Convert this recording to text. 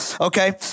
okay